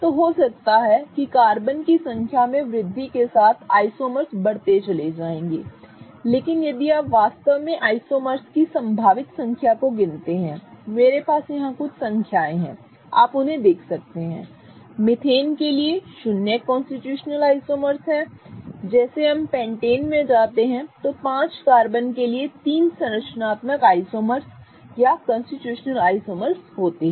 तो हो सकता है कि कार्बन की संख्या में वृद्धि के साथ आइसोमर्स बढ़ते चले जाएंगे लेकिन यदि आप वास्तव में आइसोमर्स की संभावित संख्या को गिनते हैं मेरे पास यहां कुछ संख्याएँ हैं और आप उन्हें देख सकते हैं कि मीथेन के लिए शून्य कॉन्स्टिट्यूशनल आइसोमर हैं जैसे हम पेंटेन में जाते हैं तो पांच कार्बन के लिए तीन संरचनात्मक आइसोमर्स या कॉन्स्टिट्यूशनल आइसोमर्स होते हैं